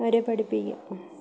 അവരെ പഠിപ്പിക്കും